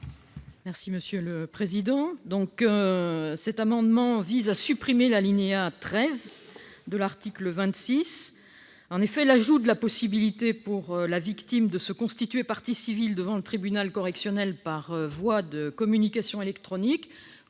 est à Mme Laurence Harribey. Cet amendement vise à supprimer l'alinéa 13 de l'article 26. L'ajout de la possibilité pour la victime de se constituer partie civile devant le tribunal correctionnel par voie de communication électronique